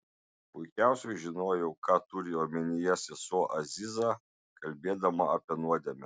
puikiausiai žinojau ką turi omenyje sesuo aziza kalbėdama apie nuodėmę